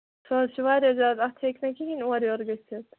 سُہ حظ چھُ واریاہ زیادٕ اَتھ ہٮ۪کہِ نہ کِہیٖنٛۍ اورٕ یور گٔژھِتھ